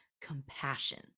compassion